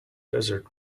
desert